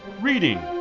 Reading